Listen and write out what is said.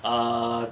err